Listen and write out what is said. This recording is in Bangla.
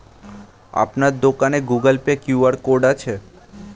আপনার দোকানে গুগোল পে কিউ.আর কোড আছে?